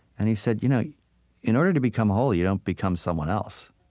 and he said, you know in order to become holy, you don't become someone else.